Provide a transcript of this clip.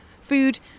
Food